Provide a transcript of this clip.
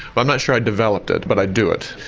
but i'm not sure i developed it but i do it.